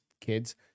kids